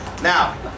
Now